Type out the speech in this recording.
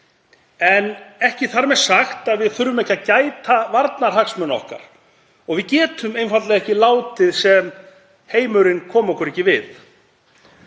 er ekki sagt að við þurfum ekki að gæta að varnarhagsmunum okkar og við getum einfaldlega ekki látið sem heimurinn komi okkur ekki við.